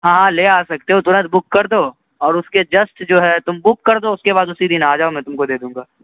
ہاں ہاں لے آ سکتے ہو تو آج بک کر دو اور اس کے جسٹ جو ہے تم بک کر دو اس کے بعد اسی دن آ جاؤ میں تم کو دے دوں گا